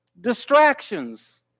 Distractions